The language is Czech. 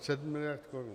Sedm miliard korun!